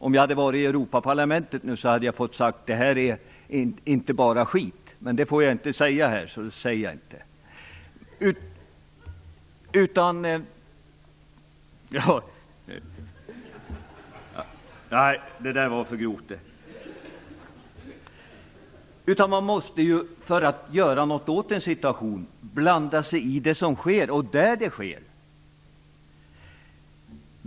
Om jag hade varit i Europaparlamentet nu hade jag fått använda ett starkare ord, men det ordet får jag inte säga här, så jag gör inte det. Det är för grovt. Man måste blanda sig i det som sker, där det sker, om man vill göra någonting åt en situation.